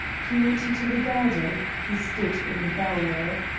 he went into the garden, he stood in the bower.